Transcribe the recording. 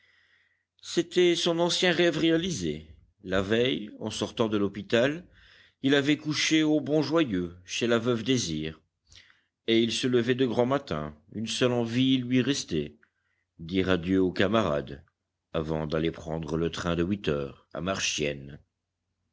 c'était son ancien rêve réalisé la veille en sortant de l'hôpital il avait couché au bon joyeux chez la veuve désir et il se levait de grand matin une seule envie lui restait dire adieu aux camarades avant d'aller prendre le train de huit heures à marchiennes